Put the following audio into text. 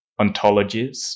ontologies